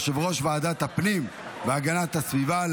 יושב-ראש ועדת הפנים והגנת הסביבה,